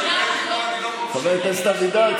חבר הכנסת אבידר,